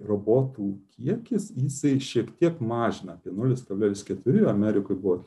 robotų kiekis jisai šiek tiek mažina apie nulis kablelis keturi amerikoj buvo